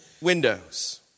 windows